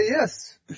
yes